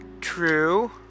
True